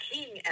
King